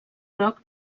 groc